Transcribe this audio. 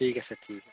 ঠিক আছে ঠিক আছে